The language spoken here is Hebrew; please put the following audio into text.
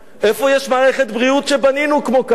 איפה יש מערכת בריאות כמו שבנינו כאן?